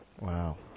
Wow